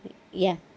ya